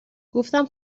گفتم